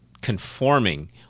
conforming